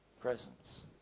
presence